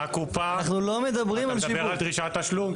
אנחנו לא מדברים על שיבוב.